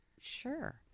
Sure